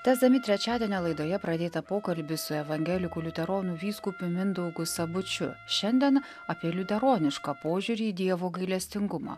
tęsdami trečiadienio laidoje pradėtą pokalbį su evangelikų liuteronų vyskupu mindaugu sabučiu šiandien apie liuteronišką požiūrį į dievo gailestingumą